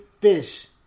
fish